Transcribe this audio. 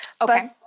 Okay